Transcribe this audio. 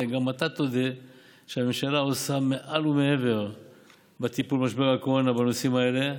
גם אתה תודה שהממשלה עושה מעל ומעבר בטיפול במשבר הקורונה בנושאים האלה.